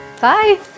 Bye